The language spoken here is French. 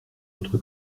votre